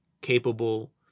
capable